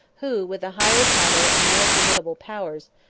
who, with a higher title and more formidable powers,